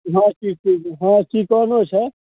हँ चिक चिक चिकऽनो छै